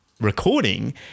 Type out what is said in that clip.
recording